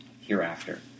hereafter